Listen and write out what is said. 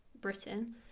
Britain